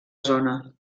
zona